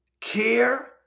care